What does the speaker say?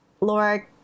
Laura